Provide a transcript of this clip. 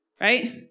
Right